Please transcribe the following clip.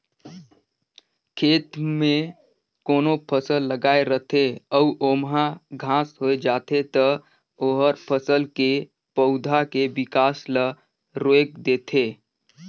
खेत में कोनो फसल लगाए रथे अउ ओमहा घास होय जाथे त ओहर फसल के पउधा के बिकास ल रोयक देथे